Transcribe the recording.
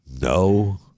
No